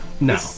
No